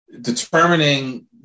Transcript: determining